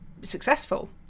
successful